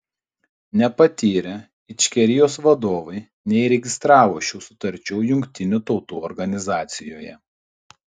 nepatyrę ičkerijos vadovai neįregistravo šių sutarčių jungtinių tautų organizacijoje